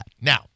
Now